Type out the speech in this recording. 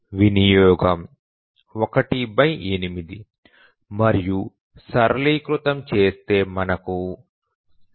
వినియోగం 18 మరియు సరళీకృతం చేస్తే మనకు 0